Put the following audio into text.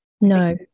no